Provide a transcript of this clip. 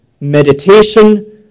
meditation